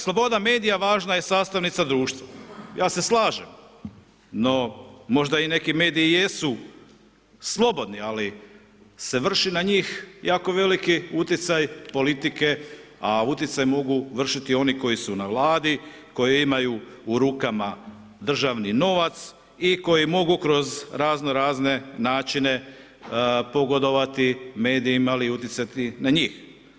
Sloboda medija važna je sastavnica društva, ja se slažem, no možda i neki mediji jesu slobodni, ali se vrši na njih jako veliki utjecaj politike, a utjecaj mogu vršiti oni koji su na vladi, koji imaju u rukama državni novac i koji mogu kroz razno razne načine pogodovati medijima ili utjecati na njih.